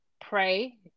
pray